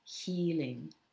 Healing